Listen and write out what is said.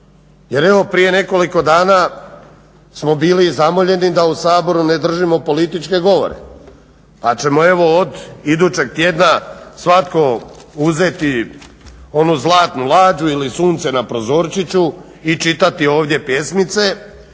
Jer evo prije nekoliko dana smo bili zamoljeni da u Saboru ne držimo političke govore pa ćemo evo od idućeg tjedna svatko uzeti onu zlatnu lađu ili sunce na prozorčiću i čitati ovdje pjesmice